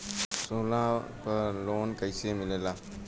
सोना पर loan कइसे मिलेला?